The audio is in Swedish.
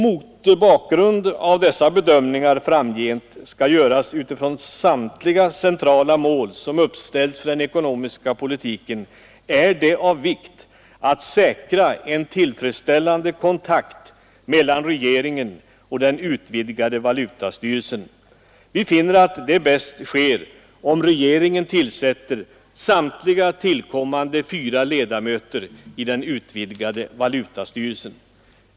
Mot bakgrund av att dessa bedömningar framgent skall göras utifrån samtliga centrala mål som uppställs för den ekonomiska politiken är det av vikt att säkra en tillfredsställande kontakt mellan regeringen och den utvidgade valutastyrelsen. Vi finner att detta bäst sker om regeringen tillsätter samtliga tillkommande fyra ledamöter i den utvidgade valutastyrelsen.